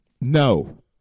No